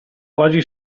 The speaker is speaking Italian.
quasi